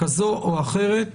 כזו או אחרת,